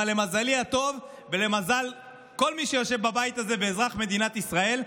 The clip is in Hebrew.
אבל למזלי הטוב ולמזלו של כל מי שיושב בבית הזה ואזרח מדינת ישראל,